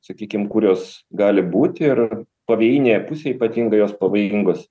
sakykim kur jos gali būti ir pavėjinėje pusėj ypatingai jos pavojingos